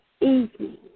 evening